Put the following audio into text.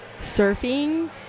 surfing